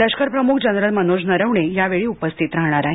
लष्कर प्रमुख जनरल् मनोज नरवणे यावेळी उपस्थित राहणार आहेत